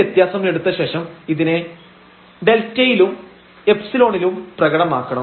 ഈ വ്യത്യാസം എടുത്ത ശേഷം ഇതിനെ Δ യിലും ϵ ണിലും പ്രകടമാക്കണം